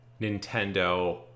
nintendo